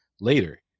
later